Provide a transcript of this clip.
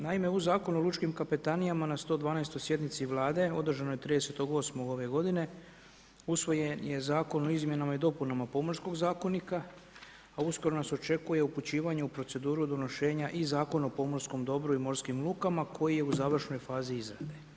Naime u Zakonu o lučkim kapetanijama na 112 sjednici Vlade održanoj 30.8. ove godine usvojen je zakon o izmjenama i dopunama pomorskog zakonika, a uskoro nas očekuje upućivanje u proceduru donošenja i Zakona o pomorskom dobru i morskim lukama koji je u završnoj fazi izrade.